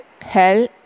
hell